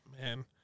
Man